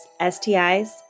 STIs